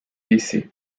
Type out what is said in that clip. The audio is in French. d’essais